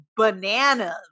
bananas